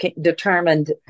determined